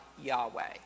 Yahweh